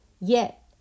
Yet